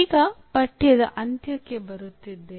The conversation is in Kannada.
ಈಗ ಪಠ್ಯದ ಅಂತ್ಯಕ್ಕೆ ಬರುತ್ತಿದ್ದೇವೆ